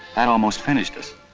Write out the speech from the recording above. that almost finished us.